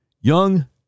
young